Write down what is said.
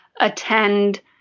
attend